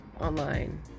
online